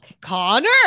connor